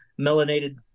melanated